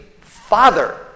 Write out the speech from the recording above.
Father